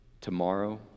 tomorrow